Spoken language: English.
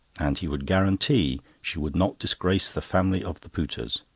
and he would guarantee she would not disgrace the family of the pooters.